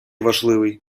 важливий